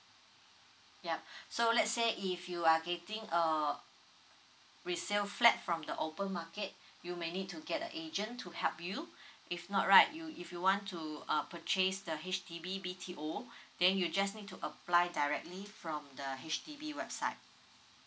yup so let's say if you are getting a resale flat from the open market you may need to get the agent to help you if not right you if you want to uh purchase the H_D_B B_T_O then you just need to apply directly from the H_D_B website